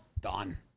Done